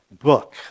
book